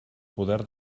poder